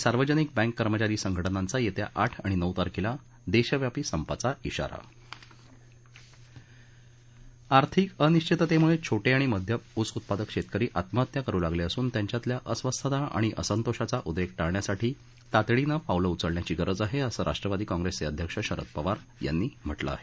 सार्वजनिक बँक कर्मचारी संघटनांचा येत्या आठ आणि नऊ तारखेला देशव्यापी संपाचा खाारा आर्थिक अनिश्वितेतेमुळे छोटे आणि मध्यम ऊस उत्पादक शेतकरी आत्महत्या करु लागले असून त्यांच्यातल्या अस्वस्थता आणि असंतोषाचा उद्रेक टाळण्यासाठी तातडीनं पावलं उचलण्याची गरज आहे असं राष्ट्रवादी काँप्रेसचे अध्यक्ष शरद पवार यांनी म्हटलं आहे